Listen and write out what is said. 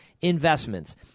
investments